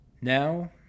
Now